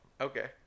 Okay